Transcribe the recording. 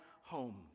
home